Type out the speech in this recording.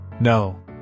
No